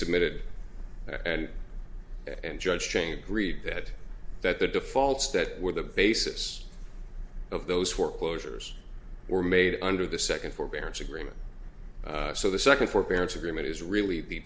submitted and and judge chain agreed that that the defaults that were the basis of those were closures were made under the second forbearance agreement so the second forbearance agreement is really